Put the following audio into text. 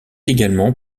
également